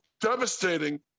devastating